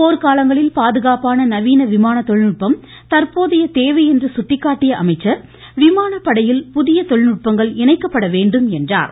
போர் காலங்களில் பாதுகாப்பான நவீன விமான தொழில்நுட்பம் தற்போதைய தேவை என்று சுட்டிக்காட்டிய அவர் விமான படையில் புதிய தொழில்நுட்பங்கள் இணைக்கப்பட வேண்டும் என்றார்